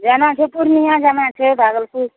जाना छै पूर्णियाँ जाना छै भागलपुर